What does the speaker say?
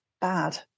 Bad